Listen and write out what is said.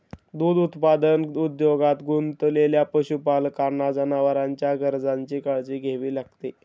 दूध उत्पादन उद्योगात गुंतलेल्या पशुपालकांना जनावरांच्या गरजांची काळजी घ्यावी लागते